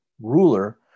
Ruler